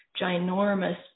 ginormous